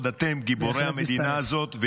אתם גיבורי המדינה הזאת,